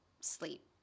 sleep